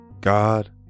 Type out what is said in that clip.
God